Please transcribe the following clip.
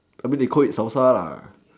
I mean they call it salsa lah